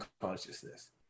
consciousness